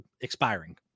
expiring